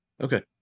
okay